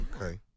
Okay